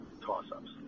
toss-ups